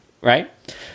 right